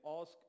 ask